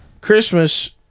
Christmas